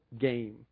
game